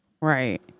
Right